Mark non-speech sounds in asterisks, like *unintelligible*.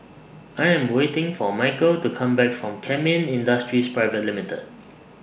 I Am waiting For Michal to Come Back from Kemin Industries *unintelligible*